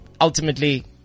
ultimately